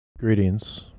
Greetings